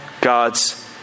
God's